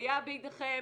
נסייע בידיכם,